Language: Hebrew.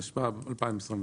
התשפ"ב-2022